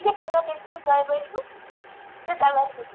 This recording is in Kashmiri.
یہِ پگاہ بِلکُل دۅیہِ بَجہِ ہِیٛوٗ بہٕ چھَس ایٚویلیبُل